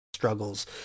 struggles